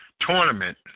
tournament